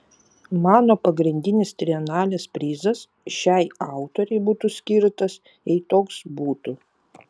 mano pagrindinis trienalės prizas šiai autorei būtų skirtas jei toks būtų